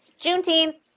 Juneteenth